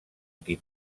qui